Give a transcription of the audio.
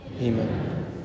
Amen